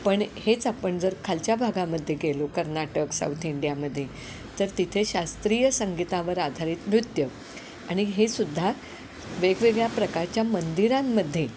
पण हेच आपण जर खालच्या भागामध्ये गेलो कर्नाटक साऊथ इंडियामध्ये तर तिथे शास्त्रीय संगीतावर आधारित नृत्य आणि हे सुद्धा वेगवेगळ्या प्रकारच्या मंदिरांमध्ये